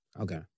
Okay